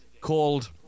called